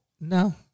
No